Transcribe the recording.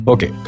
Okay